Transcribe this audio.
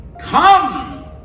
come